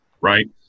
right